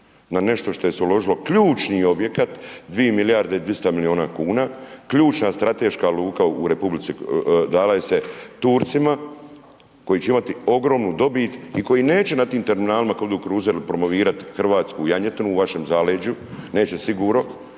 na nešto što je se uložilo ključni objekat, 2 milijarde 200 milijuna kuna, ključna strateška luka u Republici, dala je se Turcima, koji će imati ogromnu dobit i koji neće na tim terminalima …/Govornik se ne razumije./… kruzeru promovirati hrvatsku janjetinu u vašem zaleđu, neće sigurno,